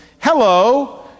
Hello